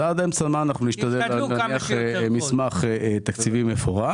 אז עד אמצע מאי אנחנו נשתדל להניח מסמך תקציבי מפורט,